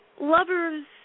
lovers